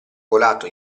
colato